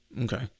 okay